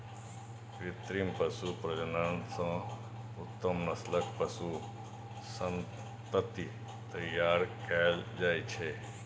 कृत्रिम पशु प्रजनन सं उत्तम नस्लक पशु संतति तैयार कएल जाइ छै